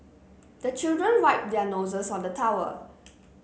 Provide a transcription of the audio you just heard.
the children wipe their noses on the towel